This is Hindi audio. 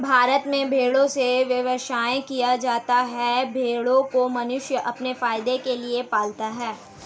भारत में भेड़ों से व्यवसाय किया जाता है भेड़ों को मनुष्य अपने फायदे के लिए पालता है